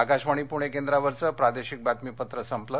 आकाशवाणी पुणे केंद्रावरचं प्रादेशिक बातमीपत्र संपलं